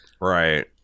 right